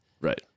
Right